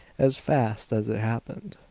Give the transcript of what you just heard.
as fast as it happened.